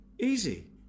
Easy